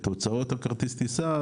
את הוצאות כרטיס הטיסה,